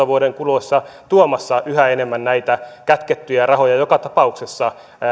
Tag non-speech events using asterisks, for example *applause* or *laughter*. *unintelligible* vuoden kuluessa tuomassa yhä enemmän näitä kätkettyjä rahoja joka tapauksessa